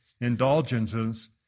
Indulgences